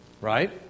Right